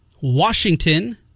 Washington